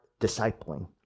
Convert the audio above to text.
discipling